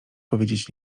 powiedzieć